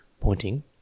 pointing